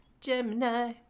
Gemini